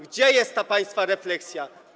Gdzie jest ta państwa refleksja?